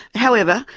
however,